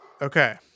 Okay